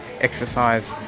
exercise